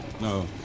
No